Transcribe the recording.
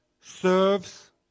serves